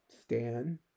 Stan